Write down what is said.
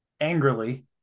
angrily